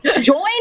join